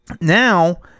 now